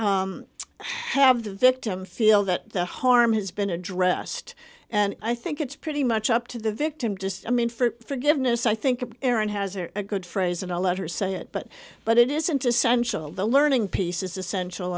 is have the victim feel that the harm has been addressed and i think it's pretty much up to the victim just i mean for forgiveness i think aaron has a good phrase in a letter say it but but it isn't essential the learning piece is essential